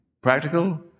practical